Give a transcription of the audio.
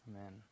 Amen